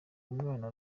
umwana